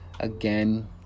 Again